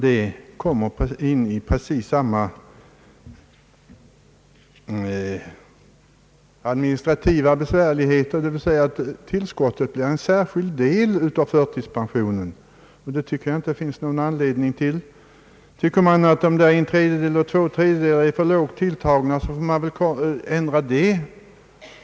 Då kommer vi in i precis samma administrativa besvärligheter, dvs. att tillskottet blir en särskild del av förtidspensionen, och det tycker jag inte det finns någon anledning till. Tycker man att en tredjedel eller två tredjedelar är för lågt tilltaget, så får man väl ändra det.